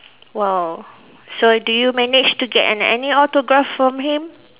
!wow! so do you managed to get an any autograph from him